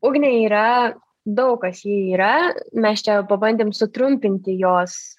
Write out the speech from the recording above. ugnė yra daug kas ji yra mes čia pabandėm sutrumpinti jos